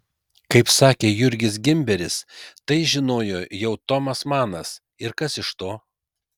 kaip sakė jurgis gimberis tai žinojo jau tomas manas ir kas iš to